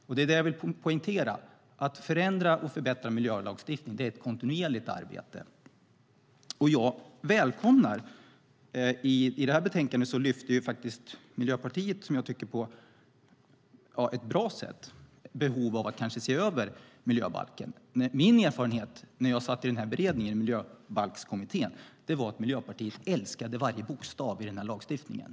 Vad jag vill poängtera är att detta med att förändra och förbättra miljölagstiftningen är ett kontinuerligt arbete. I det betänkande vi debatterar här i dag lyfter Miljöpartiet på ett bra sätt fram behovet av att kanske se över miljöbalken. Min erfarenhet när jag satt med i Miljöbalkskommittén var att Miljöpartiet älskade varje bokstav i den här lagstiftningen.